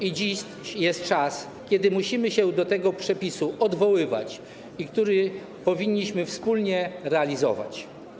I dziś jest czas, kiedy musimy się do tego przepisu odwoływać i który powinniśmy wspólnie realizować.